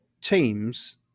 teams